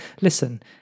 listen